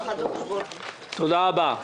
תודה רבה.